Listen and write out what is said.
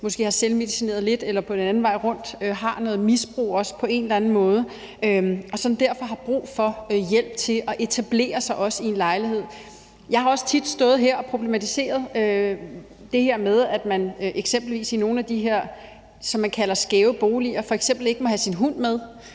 måske har selvmedicineret lidt, eller som den anden vej rundt på en eller anden måde har et misbrug, og som derfor også har brug for hjælp til at etablere sig i en lejlighed. Jeg har også tit stået her og problematiseret det her med, at man f.eks. i nogle af de boliger, som man kalder Skæve Boliger, ikke må have sin hund med.